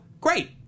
great